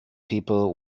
people